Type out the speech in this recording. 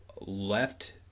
left